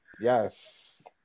Yes